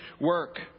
work